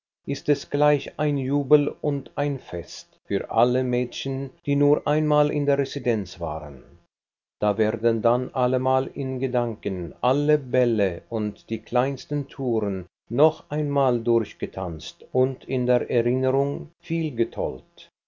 ist es gleich ein jubel und ein fest für alle mädchen die nur einmal in der residenz waren da werden dann allemal in gedanken alle bälle und die kleinsten touren noch einmal durchgetanzt und in der erinnerung viel